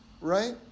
right